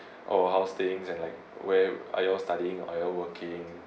oh how's and like where are you all studying or you all working